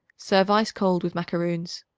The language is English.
serve ice-cold with macaroons.